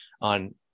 on